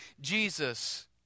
Jesus